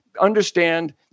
understand